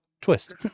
twist